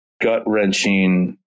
gut-wrenching